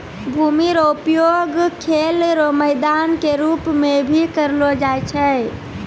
भूमि रो उपयोग खेल रो मैदान के रूप मे भी करलो जाय छै